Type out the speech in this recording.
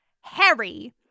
Harry